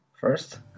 first